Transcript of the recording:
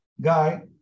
guy